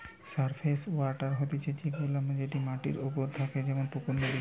surface water হতিছে সে গুলা যেটি মাটির ওপরে থাকে যেমন পুকুর, নদী